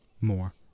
More